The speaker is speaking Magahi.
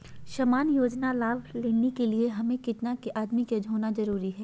सामान्य योजना लाभ लेने के लिए हमें कितना के आमदनी होना जरूरी है?